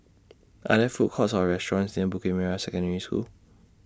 Are There Food Courts Or restaurants near Bukit Merah Secondary School